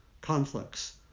conflicts